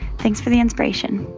thanks for the inspiration